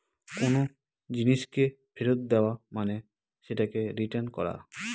কোনো জিনিসকে ফেরত দেওয়া মানে সেটাকে রিটার্ন করা